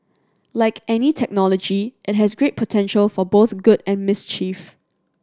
like any technology it has great potential for both good and mischief